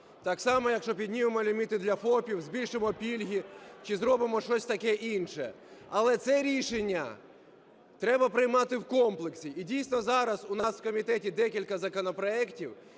так само – якщо піднімемо ліміти для ФОПів, збільшимо пільги чи зробимо щось таке інше, але це рішення треба приймати в комплексі. І, дійсно, зараз у нас в комітеті декілька законопроектів,